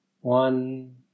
One